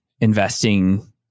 investing